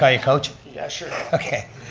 ah yeah coach? yeah, sure. okay.